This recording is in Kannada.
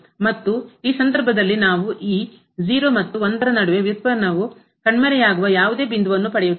ಮತ್ತು ಈ ಸಂದರ್ಭದಲ್ಲಿ ನಾವು ಈ ಮತ್ತು ನಡುವೆ ವ್ಯುತ್ಪನ್ನವು ಕಣ್ಮರೆಯಾಗುವ ಯಾವುದೇ ಬಿಂದುವನ್ನು ಪಡೆಯುತ್ತಿಲ್ಲ